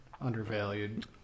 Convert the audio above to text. undervalued